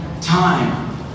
time